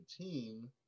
team